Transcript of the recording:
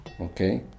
Okay